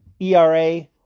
ERA